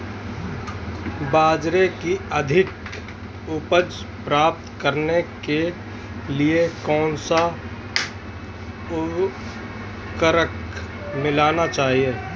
बाजरे की अधिक उपज प्राप्त करने के लिए कौनसा उर्वरक मिलाना चाहिए?